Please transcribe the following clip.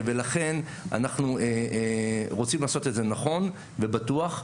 ולכן אנחנו רוצים לעשות את זה נכון ובטוח.